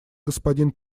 господин